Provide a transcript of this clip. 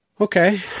Okay